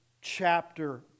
chapter